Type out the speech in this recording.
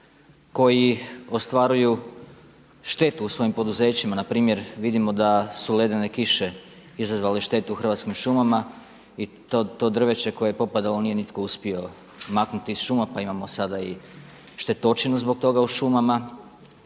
koji ostvaruju štetu u svojim poduzećima npr. vidimo da su ledene kiše izazvale štetu u Hrvatskim šumama i to drveće koje je popadalo nije nitko uspio maknuti iz šuma pa imamo sada i štetočinu zbog toga u šumama.